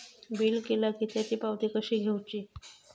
Bill केला की त्याची पावती कशी घेऊची?